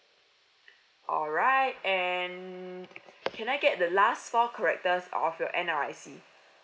alright and can I get the last four characters of your N_R_I_C